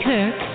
Kirk